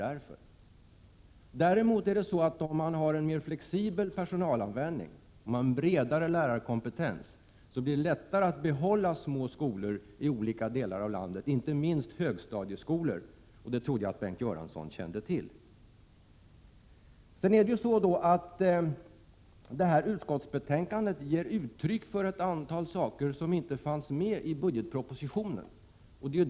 Däremot är det så att om man har en mer flexibel personalplanering, en bredare lärarkompetens, blir det lättare att behålla små skolor i olika delar av landet, inte minst högstadieskolor. Det trodde jag att Bengt Göransson kände till. Utskottsbetänkandet ger ju uttryck för en mängd saker som inte fanns med i budgetpropositionen.